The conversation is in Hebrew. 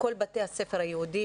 בכל בתי הספר היהודיים.